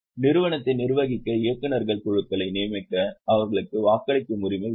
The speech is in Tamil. நிறுவனத்தை நிர்வகிக்க இயக்குநர்கள் குழுவை நியமிக்க அவர்களுக்கு வாக்களிக்கும் உரிமை உண்டு